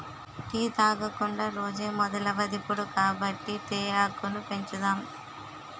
tea తాగకుండా రోజే మొదలవదిప్పుడు కాబట్టి తేయాకును పెంచుదాం